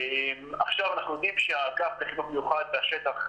עכשיו אנחנו יודעים שהאגף לחינוך מיוחד והשטח,